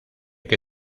que